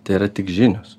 tai yra tik žinios